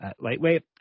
lightweight